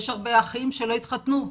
יש הרבה אחים שלא התחתנו,